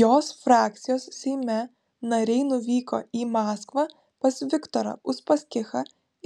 jos frakcijos seime nariai nuvyko į maskvą pas viktorą uspaskichą